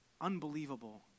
unbelievable